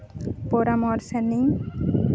ᱯᱚᱨᱟᱢᱚᱥᱚ ᱤᱧ